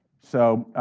so